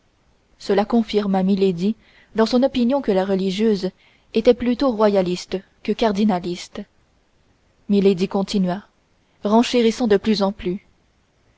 cela confirma milady dans son opinion que la religieuse était plutôt royaliste que cardinaliste milady continua renchérissant de plus en plus